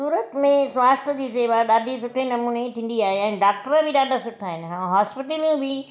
सूरत में स्वस्थ्यु जी सेवा ॾाढी सुठे नमूने थींदी आहे ऐं डॉक्टर बि ॾाढा सुठा आहिनि हा हॉस्पिटलूं बि